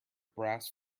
brass